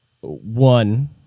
One